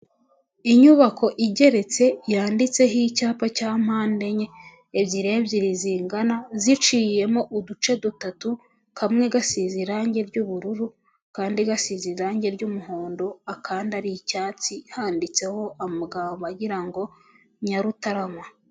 Inyubako igeretse yanditseho icyapa cya mpande enye ebyiri ebyiri zingana ziciyemo uduce dutatu kamwe gasize irangi ry'ubururu kandi gasize irangi ry'umuhondo akandi ari icyatsi, handitseho amagambo agira ngo nyarutarama.